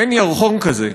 אין ירחון כזה,